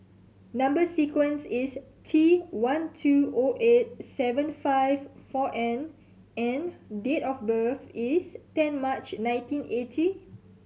number sequence is T one two O eight seven five four N and date of birth is ten March nineteen eighty